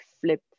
flip